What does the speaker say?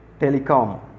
telecom